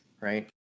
right